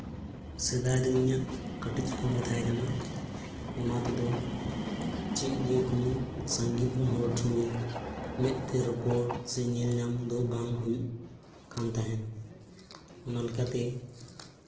ᱥᱮᱫᱟᱭ ᱫᱚ ᱤᱧᱟᱹᱜ ᱠᱟᱹᱴᱤᱡ ᱯᱷᱳᱱ ᱜᱮ ᱛᱟᱦᱮᱠᱟᱱᱟ ᱚᱱᱟ ᱛᱮᱫᱚ ᱪᱮᱫ ᱜᱮ ᱠᱳᱱᱳ ᱥᱟᱺᱜᱤᱧ ᱨᱮᱱ ᱦᱚᱲ ᱥᱚᱝᱜᱮ ᱢᱮᱫᱛᱮ ᱨᱚᱯᱚᱲ ᱥᱮ ᱧᱮᱞᱧᱟᱢ ᱫᱚ ᱵᱟᱝ ᱦᱩᱭᱩᱜ ᱠᱟᱱ ᱛᱟᱦᱮᱱ ᱚᱱᱟᱞᱮᱠᱟᱛᱮ